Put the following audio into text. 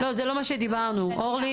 לא זה לא מה שדיברנו, אורלי.